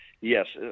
yes